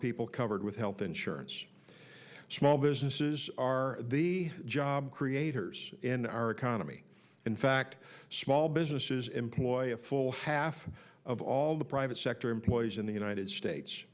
people covered with health insurance small businesses are the job creators in our economy in fact small businesses employ a full half of all the private sector employees in the united states